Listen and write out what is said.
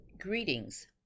Greetings